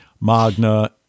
Magna